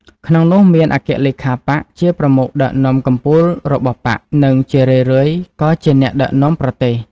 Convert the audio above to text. ក្នុងនោះមានអគ្គលេខាបក្ស ជាប្រមុខដឹកនាំកំពូលរបស់បក្ស និងជារឿយៗក៏ជាអ្នកដឹកនាំប្រទេស ។